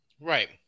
Right